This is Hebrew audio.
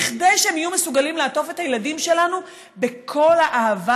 כדי שהם יהיו מסוגלים לעטוף את הילדים שלנו בכל האהבה